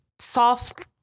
soft